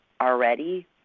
already